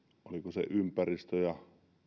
ympäristö ja